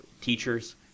teachers